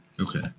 Okay